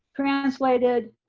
translated.